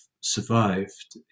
survived